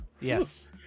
Yes